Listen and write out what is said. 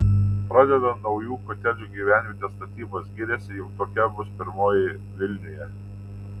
pradeda naujų kotedžų gyvenvietės statybas giriasi jog tokia bus pirmoji vilniuje